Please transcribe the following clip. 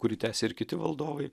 kurį tęsė ir kiti valdovai